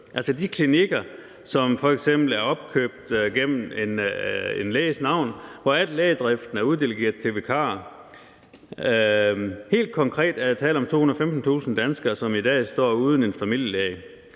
altså de klinikker, som f.eks. er opkøbt gennem en læges navn, hvor al lægedriften er uddelegeret til vikarer. Helt konkret er der tale om 215.000 danskere, som i dag står uden en familielæge.